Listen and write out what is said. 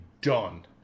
done